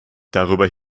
darüber